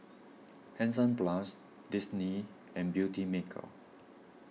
Hansaplast Disney and Beautymaker